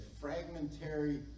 fragmentary